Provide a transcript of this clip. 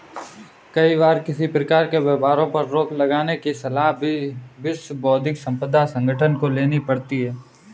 कई बार किसी प्रकार के व्यापारों पर रोक लगाने की सलाह भी विश्व बौद्धिक संपदा संगठन को लेनी पड़ती है